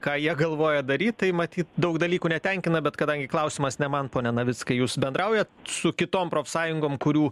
ką jie galvoja daryt tai matyt daug dalykų netenkina bet kadangi klausimas ne man pone navickai jūs bendrauja su kitom profsąjungom kurių